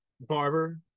Barber